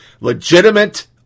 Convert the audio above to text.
Legitimate